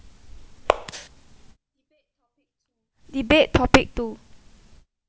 debate topic two